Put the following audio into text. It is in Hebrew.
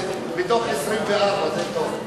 כנסת מתוך 24. זה טוב.